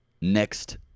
Next